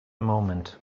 moment